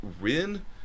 Rin